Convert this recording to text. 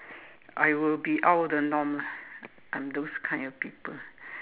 I will be out of the norm lah I'm those kind of people